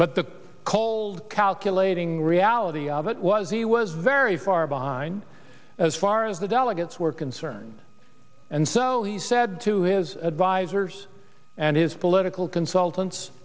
but the cold calculating reality of it was he was very far behind as far as the delegates were concerned and so he said to his advice as hers and his political consultants